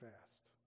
fast